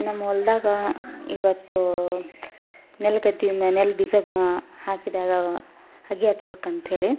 ನಮ್ಮ ಹೊಲ್ದಾಗ ಇವತ್ತು ನೆಲಗದ್ದಿಯಿಂದ ನೆಲ ಬೀಜ ಹಾಕಿದಾಗ ಅಗಿ ಹಚ್ಚಬೇಕಂಥೇಳಿ